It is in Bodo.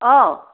औ